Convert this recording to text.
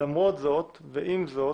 ולמרות זאת ועם זאת,